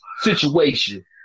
situation